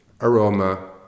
aroma